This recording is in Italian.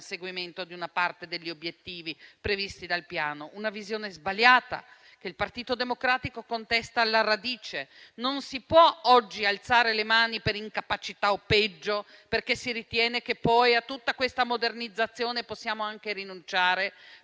conseguimento di una parte degli obiettivi previsti dal Piano; una visione sbagliata, che il Partito Democratico contesta alla radice. Non si può oggi alzare le mani per incapacità o, peggio, perché si ritiene che poi a tutta questa modernizzazione possiamo anche rinunciare,